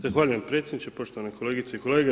Zahvaljujem predsjedniče, poštovane kolegice i kolege.